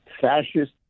fascist